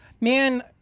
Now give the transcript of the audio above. Man